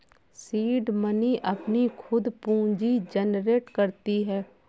seed money अपनी खुद पूंजी जनरेट करती है